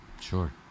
Sure